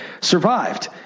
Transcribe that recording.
survived